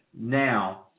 now